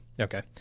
okay